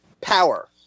power